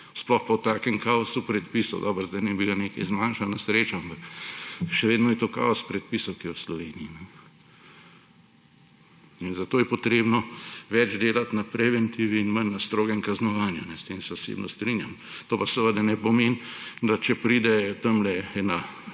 sploh pa v takem kaosu predpisov. Dobro, zdaj naj bi ga nekaj zmanjšali na srečo, ampak še vedno je to kaos predpisov, ki je v Sloveniji. In zato je treba več delati na preventivi in manj na strogem kaznovanju, s tem se osebno strinjam. To pa seveda ne pomeni, da če pride tamle ena